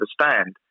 understand